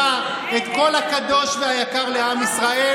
זה רמס וביזה את היהדות,